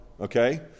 okay